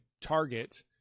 Target